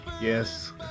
yes